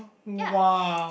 !wow!